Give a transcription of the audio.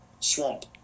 Swamp